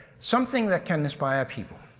something that can inspire people.